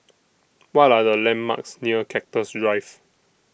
What Are The landmarks near Cactus Drive